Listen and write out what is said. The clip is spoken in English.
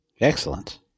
Excellent